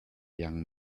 young